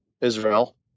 Israel